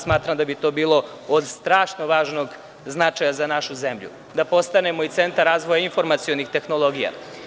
Smatram da bi to bilo od strašno važnog značaja za našu zemlju; da postanemo i centar razvoja informacionih tehnologija.